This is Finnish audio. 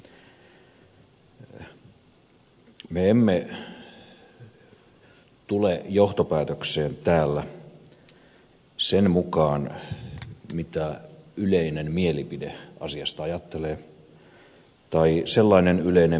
me emme tule johtopäätökseen täällä sen mukaan mitä yleinen mielipide asiasta ajattelee tai sellainen yleinen mielipide joka on voimakkaasti tulkittu